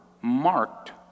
marked